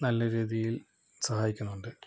നല്ലരീതിയില് സഹായിക്കുന്നുണ്ട്